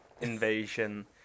invasion